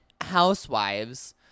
housewives